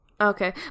Okay